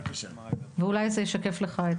ואולי זה ישקף לך.